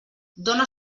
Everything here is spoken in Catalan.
dóna